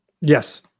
yes